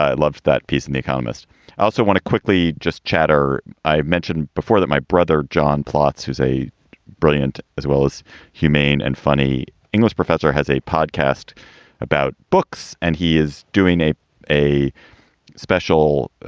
love that piece in the economist. i also want to quickly just chatter. i've mentioned before that my brother john plotts, who's a brilliant as well as humane and funny english professor, has a podcast about books, and he is doing a a special